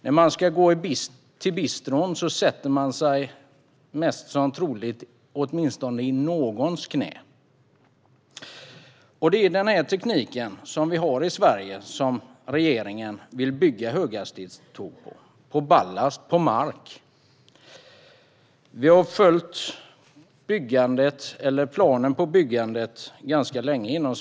När man ska gå till bistron sätter man sig troligtvis i åtminstone någons knä. Det är med denna teknik, som vi har i Sverige, som regeringen vill bygga höghastighetståg. På ballast. På mark. Vi i Sverigedemokraterna har följt byggandet, eller planen på byggandet, ganska länge.